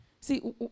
See